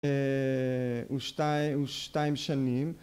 ‫הוא שתיים שנים.